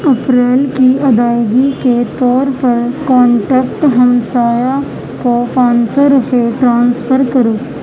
April کی ادائیگی کے طور پر کانٹیکٹ ہمسایہ کو پانچ سو روپئے ٹرانسفر کرو